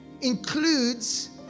includes